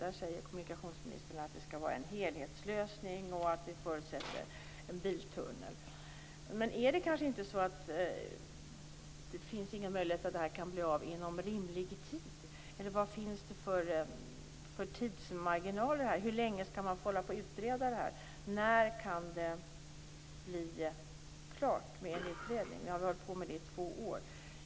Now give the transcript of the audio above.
Där säger kommunikationsministern att det skall vara en helhetslösning och att det förutsätter en biltunnel. Men är det inte så att det kanske inte finns någon möjlighet att det här kan bli av inom rimlig tid? Vilka tidsmarginaler finns det här? Hur länge skall man hålla på och utreda detta? När kan en utredning bli klar? Nu har vi hållit på med den i två år.